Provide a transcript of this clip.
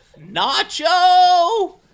Nacho